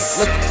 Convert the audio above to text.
look